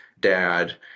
dad